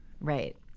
Right